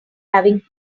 having